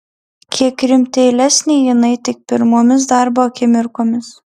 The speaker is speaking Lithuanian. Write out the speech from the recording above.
kiek rimtėlesnė jinai tik pirmomis darbo akimirkomis